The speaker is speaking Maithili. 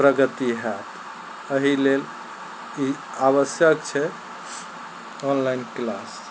प्रगति हैत अहि लेल ई आवश्यक छै ऑनलाइन क्लास